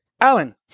Alan